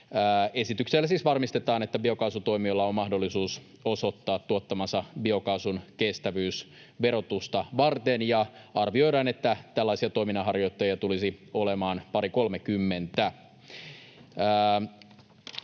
Esityksellä siis varmistetaan, että biokaasutoimialalla on mahdollisuus osoittaa tuottamansa biokaasun kestävyys verotusta varten, ja arvioidaan, että tällaisia toiminnanharjoittajia tulisi olemaan pari—kolmekymmentä.